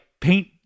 paint